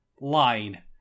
line